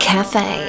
Cafe